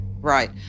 Right